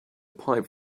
pipe